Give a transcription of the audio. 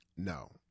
No